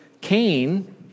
Cain